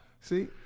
See